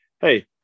hey